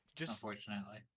Unfortunately